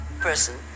person